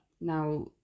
now